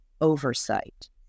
oversight